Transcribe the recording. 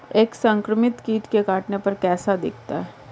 एक संक्रमित कीट के काटने पर कैसा दिखता है?